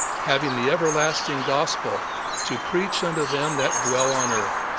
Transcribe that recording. having the everlasting gospel to preach unto them that dwell on. earth,